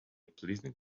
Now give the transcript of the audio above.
pleasing